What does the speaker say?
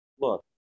Look